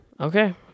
Okay